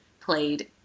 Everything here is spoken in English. played